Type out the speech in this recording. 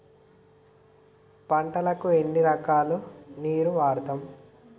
పంటలకు ఎన్ని రకాల నీరు వాడుతం?